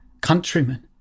Countrymen